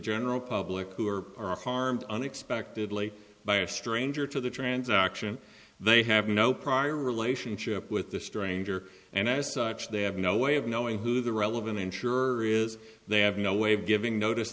general public who are harmed unexpectedly by a stranger to the transaction they have no prior relationship with the stranger and as such they have no way of knowing who the relevant insurer is they have no way of giving notice